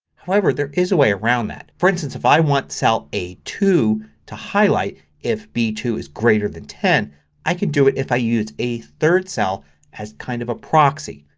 however there is a way around that. for instance if i want cell a two to highlight if b two is greater than ten i can do it if i use a third cell as kind of a proxy.